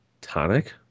Tonic